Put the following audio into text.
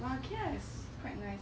!wah! okay lah is quite nice